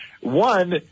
One